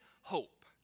hope